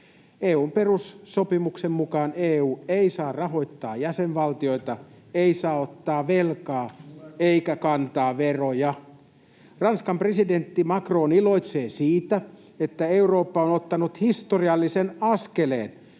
EU:n perussopimuksen mukaan EU ei saa rahoittaa jäsenvaltioita, ei saa ottaa velkaa eikä kantaa veroja. Ranskan presidentti Macron iloitsee siitä, että Eurooppa on ottanut historiallisen askeleen,